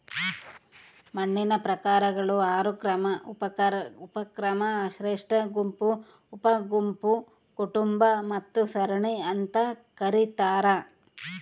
ಮಣ್ಣಿನ ಪ್ರಕಾರಗಳು ಆರು ಕ್ರಮ ಉಪಕ್ರಮ ಶ್ರೇಷ್ಠಗುಂಪು ಉಪಗುಂಪು ಕುಟುಂಬ ಮತ್ತು ಸರಣಿ ಅಂತ ಕರೀತಾರ